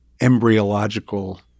embryological